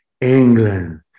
England